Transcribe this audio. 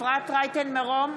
אפרת רייטן מרום,